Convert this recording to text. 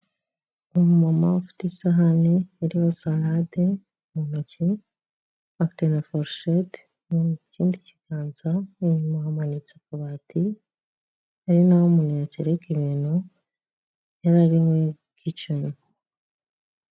Umumama ufite isahani iriho sarade mu ntoki, afite na furusheti mu ikindi kiganza, inyuma hamanitse akabati, hari naho umuntu yatereka ibintu yari ari muri kiceni.